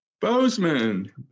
Bozeman